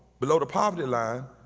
below the poverty line,